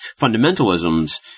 fundamentalisms